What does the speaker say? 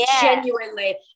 genuinely